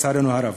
לצערנו הרב.